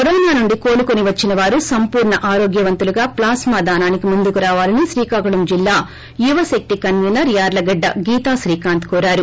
corona నుండి కోలుకొని వచ్చిన వారు సంపూర్ణ ఆరోగ్యవంతులుగా ప్లాస్మా దానానికి ముందుకు రావాలని శ్రీకాకుళం జిల్లా యువశక్తి కన్వీనర్ యార్లగడ్డ గీతాశ్రీకాంత్ కోరారు